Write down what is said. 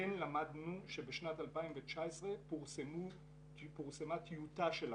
כן למדנו שבשנת 2019 פורסמה טיוטה של אמנה.